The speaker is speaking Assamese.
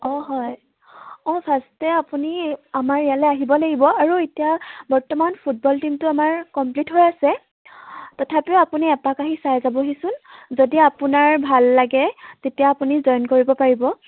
অঁ হয় অঁ ফাৰ্ষ্টে আপুনি আমাৰ ইয়ালৈ আহিব লাগিব আৰু এতিয়া বৰ্তমান ফুটবল টীমটো আমাৰ কমপ্লিট হৈ আছে তথাপিও আপুনি এপাক আহি চাই যাবহিচোন যদি আপোনাৰ ভাল লাগে তেতিয়া আপুনি জইন কৰিব পাৰিব